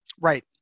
Right